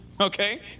okay